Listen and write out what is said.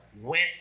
went